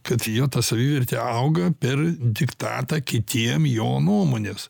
kad jo ta savivertė auga per diktatą kitiem jo nuomonės